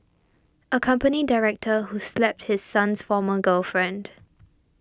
a company director who slapped his son's former girlfriend